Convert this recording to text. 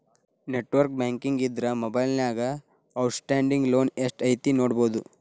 network banking ಇದ್ರ ಮೊಬೈಲ್ನ್ಯಾಗ outstanding loan ಎಷ್ಟ್ ಐತಿ ನೋಡಬೋದು